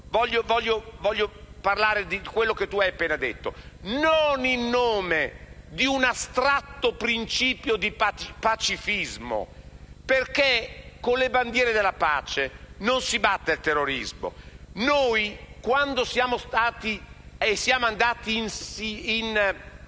voglio parlare di ciò che lei ha appena detto: non in nome di un astratto principio di pacifismo perché con le bandiere della pace non si batte il terrorismo. Quando siamo andati in